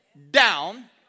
down